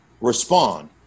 respond